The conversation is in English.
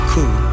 Cool